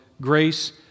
grace